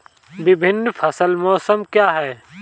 विभिन्न फसल मौसम क्या हैं?